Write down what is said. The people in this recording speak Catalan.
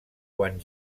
quan